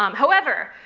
um however,